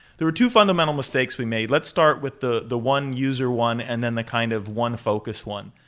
there were two fundamental mistakes we made. let's start with the the one user one and then the kind of one focus one.